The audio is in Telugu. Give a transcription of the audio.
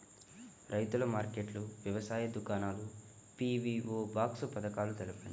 రైతుల మార్కెట్లు, వ్యవసాయ దుకాణాలు, పీ.వీ.ఓ బాక్స్ పథకాలు తెలుపండి?